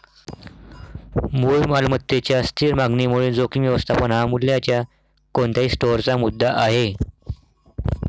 मूळ मालमत्तेच्या स्थिर मागणीमुळे जोखीम व्यवस्थापन हा मूल्याच्या कोणत्याही स्टोअरचा मुद्दा आहे